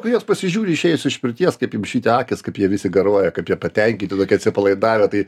kai į juos pasižiūri išėjus iš pirties kaip jiem švyti akys kaip jie visi garuoja kaip jie patenkinti tokie atsipalaidavę tai